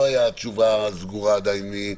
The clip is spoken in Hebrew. לא הייתה תשובה סגורה עדיין.